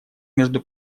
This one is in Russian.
между